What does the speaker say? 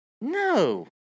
No